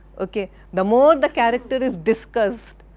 ok, the more the character is discussed,